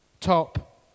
Top